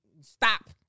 Stop